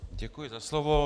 Děkuji za slovo.